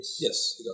Yes